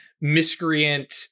miscreant